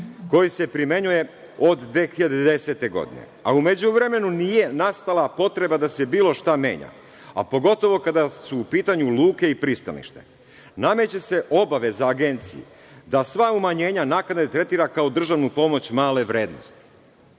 koji se primenjuje od 2010. godine, a u međuvremenu nije nastala potreba da se bilo šta menja, a pogotovo kada su u pitanju luke i pristaništa. Nameće se obaveza Agenciji da sva umanjenja, naknade tretira kao državnu pomoć male vrednosti.